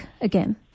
again